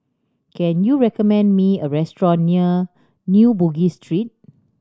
can you recommend me a restaurant near New Bugis Street